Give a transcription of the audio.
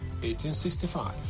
1865